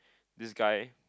this guy